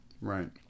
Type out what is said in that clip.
Right